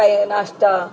नाश्ता